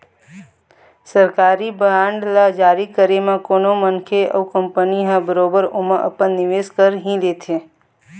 सरकारी बांड ल जारी करे म कोनो मनखे अउ कंपनी ह बरोबर ओमा अपन निवेस कर ही लेथे